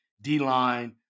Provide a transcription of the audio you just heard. D-line